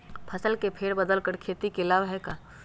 फसल के फेर बदल कर खेती के लाभ है का?